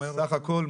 סך הכול,